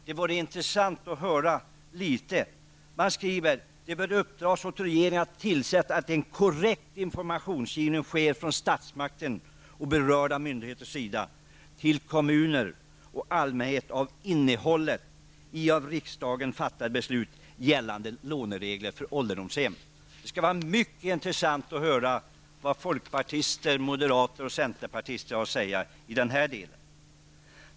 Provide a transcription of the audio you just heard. Det vore intressant att få höra litet om det. Man skriver att det bör uppdras åt regeringen att tillse att en korrekt informationsgivning sker från statsmaktens och berörda myndigheters sida till kommuner och allmänhet om innehållet i av riksdagen fattade beslut gällande låneregler för ålderdomshem. Det skulle vara mycket intressant att få höra vad folkpartister, moderater och centerpartister har att säga i denna fråga.